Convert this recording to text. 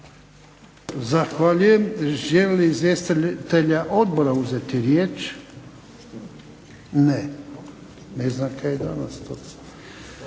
Zahvaljujem. Želi li izvjestitelji odbora uzeti riječ? Ne. Otvaram raspravu.